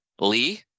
lee